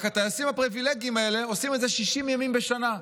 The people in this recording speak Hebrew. רק הטייסים הפריבילגים האלה עושים את זה 60 ימים בשנה.